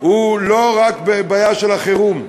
הוא לא רק בעיה של החירום.